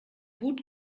gut